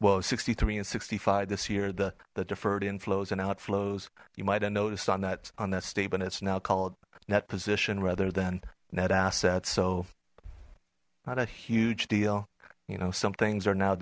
well sixty three and sixty five this year the deferred inflows and outflows you might have noticed on that on that statement it's now called net position rather than net assets so not a huge deal you know some things are now